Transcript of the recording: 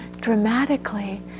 dramatically